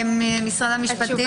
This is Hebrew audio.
משרד המשפטים.